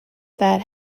that